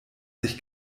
sich